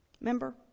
remember